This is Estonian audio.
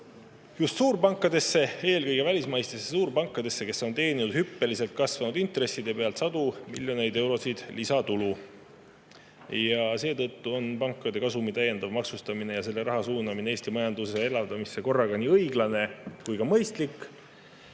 just suurpankadesse, eelkõige välismaistesse suurpankadesse, kes on teeninud hüppeliselt kasvanud intresside pealt sadu miljoneid eurosid lisatulu. Seetõttu on pankade kasumi täiendav maksustamine ja selle raha suunamine Eesti majanduse elavdamisse korraga nii õiglane kui ka mõistlik. Eesti